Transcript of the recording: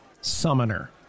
summoner